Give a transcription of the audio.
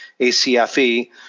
ACFE